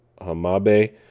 Hamabe